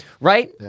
Right